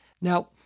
Now